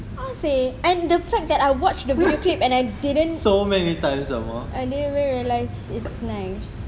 seh and the fact that I watched the video clip and I didn't I didn't really realise it's nice